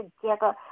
together